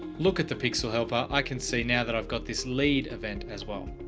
look at the pixel helper. i can see now that i've got this lead event as well.